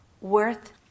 worth